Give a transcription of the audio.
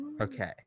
Okay